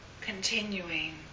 continuing